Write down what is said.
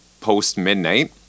post-midnight